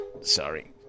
sorry